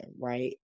right